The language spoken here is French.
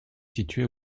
situé